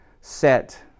set